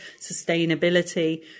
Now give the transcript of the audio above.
sustainability